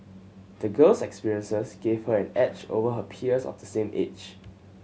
the girl's experiences gave her an edge over her peers of the same age